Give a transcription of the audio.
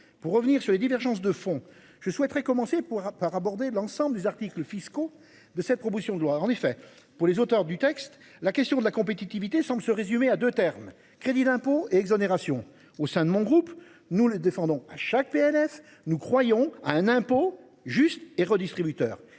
pour revenir sur les divergences de fond. Je souhaiterais commencer pour aborder l'ensemble des articles fiscaux de cette proposition de loi en effet pour les auteurs du texte. La question de la compétitivité semble se résumer à 2 termes crédit d'impôt et exonérations au sein de mon groupe nous les défendons à chaque PLS. Nous croyons à un impôt juste et redistributeur